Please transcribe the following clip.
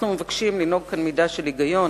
אנחנו מבקשים לנהוג כאן מידה של היגיון.